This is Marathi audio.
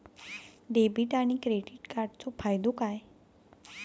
डेबिट आणि क्रेडिट कार्डचो फायदो काय?